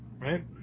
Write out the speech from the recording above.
right